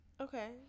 Okay